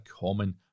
common